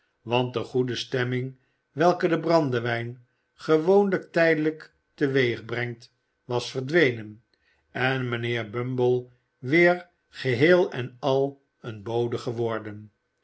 want de goede stemming welke de brandewijn gewoonlijk tijdelijk teweegbrengt was verdwenen en mijnheer bumble weer geheel en al een bode geworden